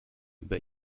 über